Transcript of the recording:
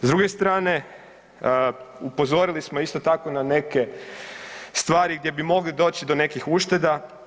S druge strane upozorili smo isto tako na neke stvari gdje bi mogli doći do nekih ušteda.